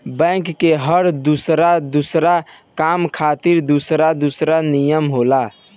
bank के हर दुसर दुसर काम खातिर दुसर दुसर नियम होला